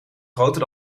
groter